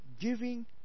Giving